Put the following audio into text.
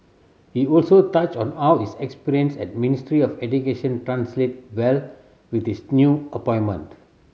he also touched on how his experience at Ministry of Education translate well with this new appointment